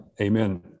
Amen